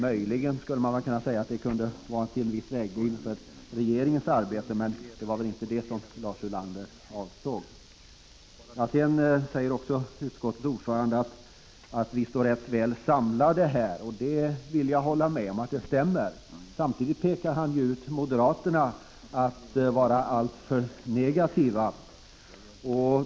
Möjligen skulle det kunna vara till viss vägledning för regeringens arbete, men det var väl inte det Lars Ulander avsåg. Utskottets ordförande säger också att vi står rätt väl samlade på den här punkten. Jag håller med om att det stämmer. Samtidigt pekar han ut moderaterna som alltför negativa.